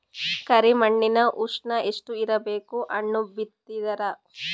ಕರಿ ಮಣ್ಣಿನ ಉಷ್ಣ ಎಷ್ಟ ಇರಬೇಕು ಹಣ್ಣು ಬಿತ್ತಿದರ?